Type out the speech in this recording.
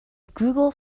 google